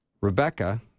Rebecca